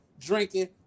drinking